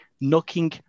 knocking